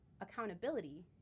accountability